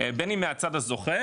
בין אם מהצד הזוכה,